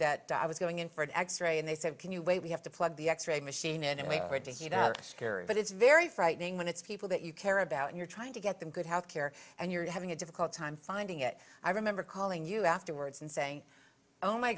that i was going in for an x ray and they said can you wait we have to plug the x ray machine and wait for it to heat up but it's very frightening when it's people that you care about and you're trying to get them good health care and you're having a difficult time finding it i remember calling you afterwards and saying oh my